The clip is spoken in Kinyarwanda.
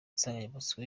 insanganyamatsiko